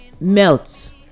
melt